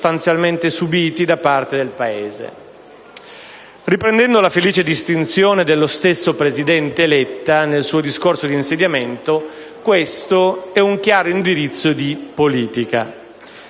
Riprendendo la felice distinzione dello stesso presidente Letta nel suo discorso di insediamento, questo è un chiaro indirizzo di politica.